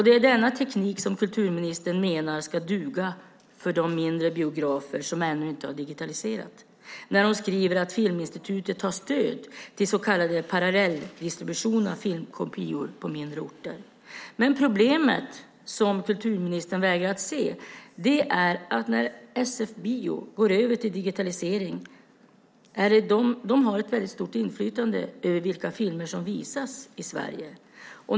Det är denna teknik kulturministern menar ska duga för de mindre biografer som ännu inte har digitaliserats när hon skriver att Filminstitutet har stöd till så kallad parallelldistribution av filmkopior på mindre orter. Problemet som kulturministern vägrar att se är dock att SF Bio har ett väldigt stort inflytande över vilka filmer som visas i Sverige.